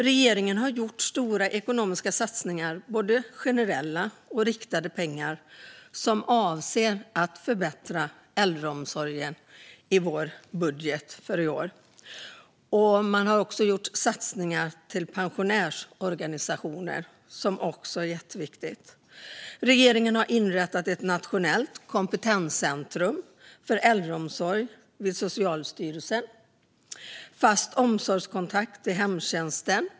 Regeringen har i budgeten för i år gjort stora ekonomiska satsningar med både generella och riktade pengar i syfte att förbättra äldreomsorgen. Man har gjort satsningar på pensionärsorganisationer, vilket är jätteviktigt, och inrättat ett nationellt kompetenscentrum för äldreomsorg vid Socialstyrelsen.